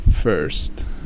first